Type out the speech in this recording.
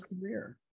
career